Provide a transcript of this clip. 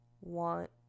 want